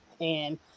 and-